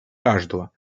каждого